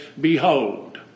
behold